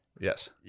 yes